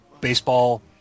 baseball